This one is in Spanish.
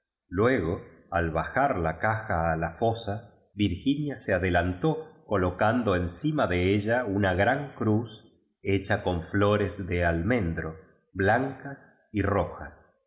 luego al bajar la caja a la fosa virginia se adelantó colocando encima de ella una gran cruz hecha con flores de almendro blan cos y rojas en